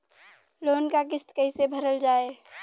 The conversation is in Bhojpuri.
लोन क किस्त कैसे भरल जाए?